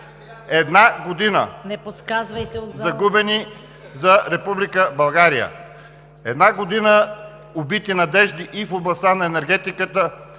...една година, загубена за Република България; една година убити надежди и в областта на енергетиката,